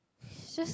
it's just